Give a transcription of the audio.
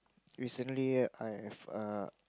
recently I have a